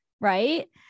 right